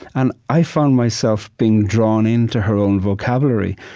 and i found myself being drawn into her own vocabulary.